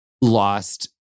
lost